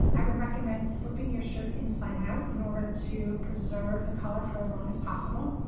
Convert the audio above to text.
i would recommend flipping your shirt inside out in order to preserve the color for as long as possible.